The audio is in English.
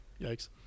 Yikes